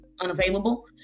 unavailable